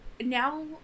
Now